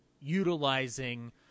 utilizing